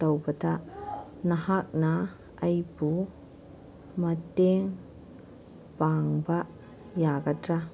ꯇꯧꯕꯗ ꯅꯍꯥꯛꯅ ꯑꯩꯕꯨ ꯃꯇꯦꯡ ꯄꯥꯡꯕ ꯌꯥꯒꯗ꯭ꯔ